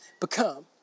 become